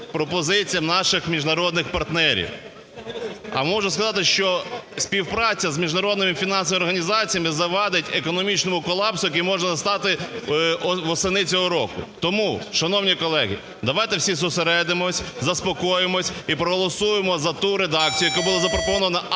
пропозиціям наших міжнародних партнерів. А можу сказати, що співпраця з міжнародними фінансовими організаціями завадить економічному колапсу, який може настати восени цього року. Тому, шановні колеги, давайте всі зосередимось, заспокоїмося і проголосуємо за ту редакцію, яка була запропонована